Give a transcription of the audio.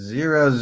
Zero